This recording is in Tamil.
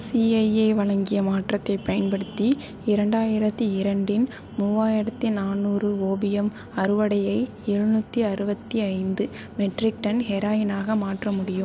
சிஐஏ வழங்கிய மாற்றத்தைப் பயன்படுத்தி இரண்டாயிரத்து இரண்டின் மூவாயிரத்து நானூறு ஓபியம் அறுவடையை எழுநூற்றி அறுபத்தி ஐந்து மெட்ரிக் டன் ஹெராயினாக மாற்ற முடியும்